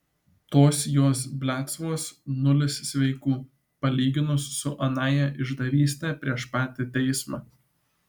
tos jos bliadstvos nulis sveikų palyginus su anąja išdavyste prieš patį teismą